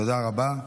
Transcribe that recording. תודה רבה.